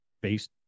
based